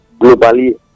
globally